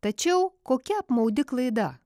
tačiau kokia apmaudi klaida